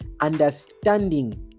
understanding